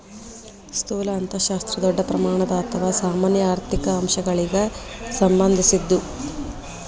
ಸ್ಥೂಲ ಅರ್ಥಶಾಸ್ತ್ರ ದೊಡ್ಡ ಪ್ರಮಾಣದ ಅಥವಾ ಸಾಮಾನ್ಯ ಆರ್ಥಿಕ ಅಂಶಗಳಿಗ ಸಂಬಂಧಿಸಿದ್ದು